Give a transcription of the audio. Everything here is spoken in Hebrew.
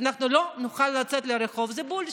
אנחנו לא נוכל לצאת לרחוב, זה בולשיט.